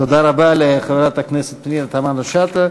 תודה רבה לחברת הכנסת פנינה תמנו-שטה.